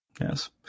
Yes